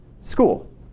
school